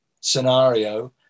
scenario